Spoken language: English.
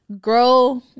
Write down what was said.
grow